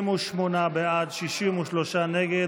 48 בעד, 63 נגד.